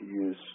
use